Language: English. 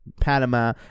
Panama